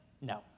No